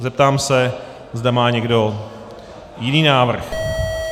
Zeptám se, zda má někdo jiný návrh.